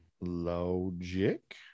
logic